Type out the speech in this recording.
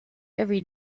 every